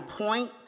point